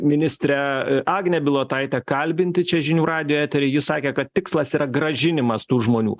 ministrę agnę bilotaitę kalbinti čia žinių radijo etery ji sakė kad tikslas yra grąžinimas tų žmonių